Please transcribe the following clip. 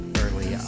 early